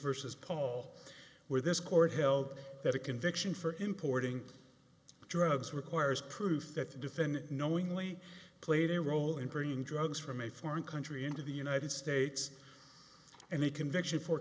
versus paul where this court held that a conviction for importing drugs requires proof that the defendant knowingly played a role in bringing drugs from a foreign country into the united states and a conviction for